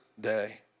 day